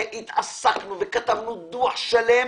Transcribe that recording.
התעסקנו וכתבנו דוח שלם